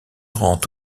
rend